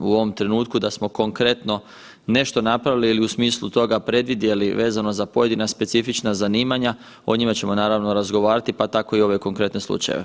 U ovom trenutku da smo konkretno nešto napravili ili u smislu toga predvidjeli vezano za pojedina specifična zanimanja o njima ćemo naravno razgovarati pa tako i ove konkretne slučajeve.